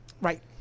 Right